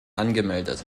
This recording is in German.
angemeldet